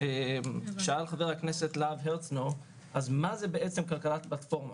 שאל חבר הכנסת להב הרצנו מהי כלכלת פלטפורמה.